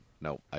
No